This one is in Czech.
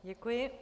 Děkuji.